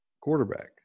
quarterback